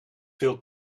veel